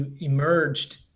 emerged